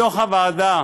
בדוח הוועדה